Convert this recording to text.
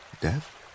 death